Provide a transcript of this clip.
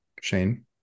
shane